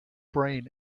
brain